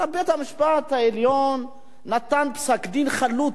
הרי בית-המשפט העליון נתן פסק-דין חלוט.